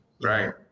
right